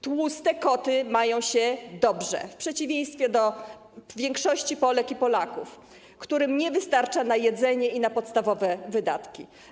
Tłuste koty mają się dobrze w przeciwieństwie do większości Polek i Polaków, którym nie wystarcza na jedzenie i na podstawowe wydatki.